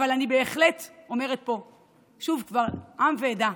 אבל אני בהחלט אומרת פה שוב, קבל עם ועדה: